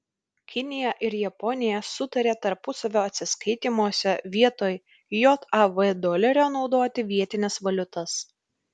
kinija ir japonija sutarė tarpusavio atsiskaitymuose vietoj jav dolerio naudoti vietines valiutas